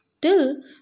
till